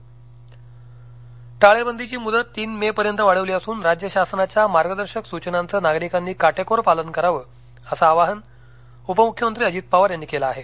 अजित पवार टाळेबंदीची मुदत तीन मेपर्यंत वाढवली असून राज्य शासनाच्या मार्गदर्शक सूचनांचं नागरिकांनी काटेकोर पालन करावं असं आवाहन उपमुख्यमंत्री अजित पवार यांनी केलं आहे